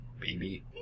Baby